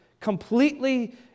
completely